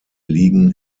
liegen